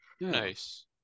Nice